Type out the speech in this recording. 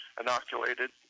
inoculated